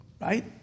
Right